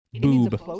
Boob